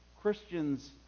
Christians